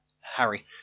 Harry